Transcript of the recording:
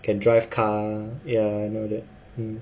can drive car ya I know that